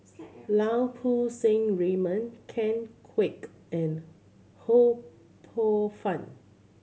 Lau Poo Seng Raymond Ken Kwek and Ho Poh Fun